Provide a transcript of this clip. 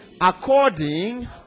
according